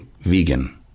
vegan